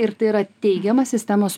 ir tai yra teigiama sistemos